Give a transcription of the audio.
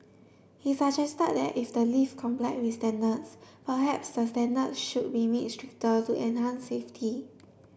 he suggested that if the lift comply with standards perhaps the standards should be made stricter to enhance safety